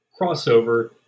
crossover